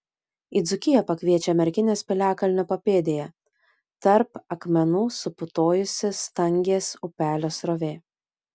į dzūkiją pakviečia merkinės piliakalnio papėdėje tarp akmenų suputojusi stangės upelio srovė